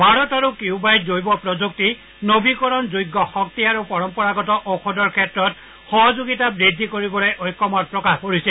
ভাৰত আৰু কিউবাই জৈৱ প্ৰযুক্তি নবীকৰণযোগ্য শক্তি আৰু পৰম্পৰাগত ঔষধৰ ক্ষেত্ৰত সহযোগিতা বৃদ্ধি কৰিবলৈ একমত প্ৰকাশ কৰিছে